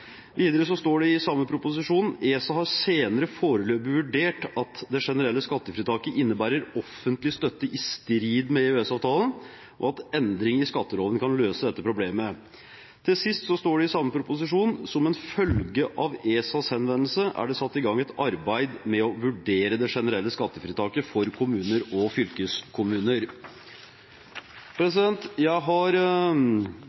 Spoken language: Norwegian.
Videre står det i samme proposisjon: «ESA har senere foreløpig vurdert at det generelle skattefritaket innebærer offentlig støtte i strid med EØS-avtalen og at en endring i skatteloven kan løse dette problemet.» Til sist – det står også i samme proposisjon: «Som en følge av ESAs henvendelse er det satt i gang et arbeid med å vurdere det generelle skattefritaket for kommuner og fylkeskommuner». Jeg har,